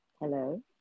Hello